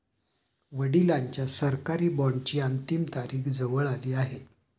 वडिलांच्या सरकारी बॉण्डची अंतिम तारीख जवळ आली आहे